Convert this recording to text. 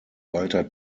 walter